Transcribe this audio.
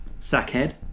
Sackhead